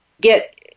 get